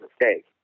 mistake